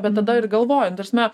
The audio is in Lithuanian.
bet tada ir galvoji nu ta prasme